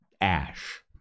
ash